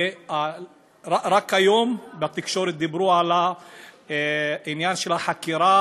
רק היום בתקשורת דיברו על עניין החקירה